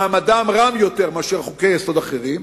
מעמדם רם יותר מאשר חוקי-יסוד אחרים.